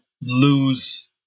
lose